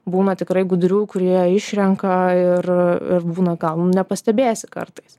būna tikrai gudrių kurie išrenka ir ir būna gal nepastebėsi kartais